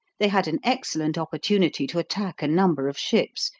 they had an excellent opportunity to attack a number of ships,